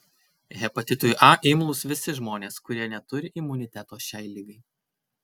hepatitui a imlūs visi žmonės kurie neturi imuniteto šiai ligai